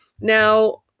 Now